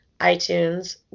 iTunes